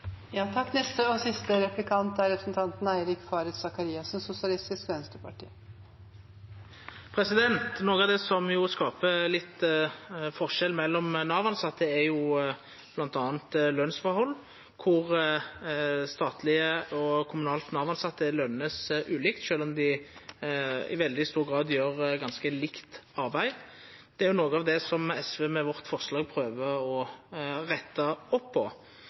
Noko av det som skapar litt forskjell mellom Nav-tilsette, er bl.a. lønsforhold, der statlege og kommunale Nav-tilsette vert lønte ulikt, sjølv om dei i veldig stor grad gjer ganske likt arbeid. Det er noko av det som SV med forslaget vårt prøver å retta opp